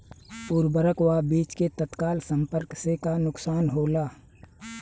उर्वरक व बीज के तत्काल संपर्क से का नुकसान होला?